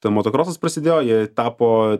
tai motokrosas prasidėjo jie tapo